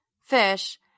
fish